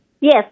Yes